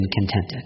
contented